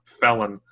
felon